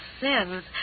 sins